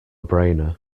brainer